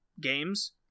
games